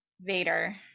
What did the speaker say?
vader